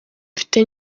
mfite